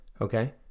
okay